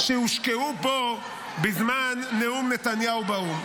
שהושקעו פה בזמן נאום נתניהו באו"ם.